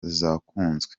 zakunzwe